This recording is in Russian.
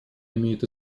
имеет